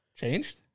changed